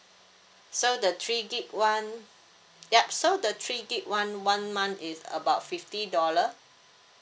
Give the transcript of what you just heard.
so the three gig [one] yup so the three gig [one] one month is about fifty dollar